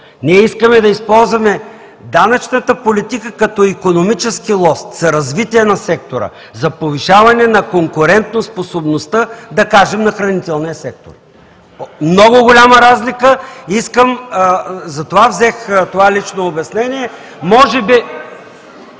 Ние искаме да използваме данъчната политика като икономически лост за развитие на сектора, за повишаване на конкурентоспособността, да кажем на хранителния сектор. Много голяма разлика. (Шум и реплики.)